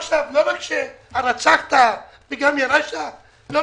הרצחת וגם ירשת?